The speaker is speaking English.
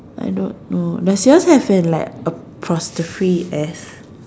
I don't know does yours have an like apostrophe S